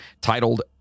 titled